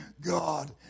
God